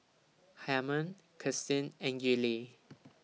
Harman Kirsten and Gillie